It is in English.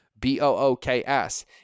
B-O-O-K-S